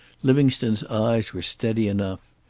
livingstone's eyes were steady enough.